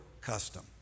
custom